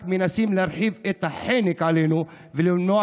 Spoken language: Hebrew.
רק מנסים להרחיב את החנק עלינו ולמנוע